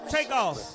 Takeoff